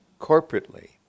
corporately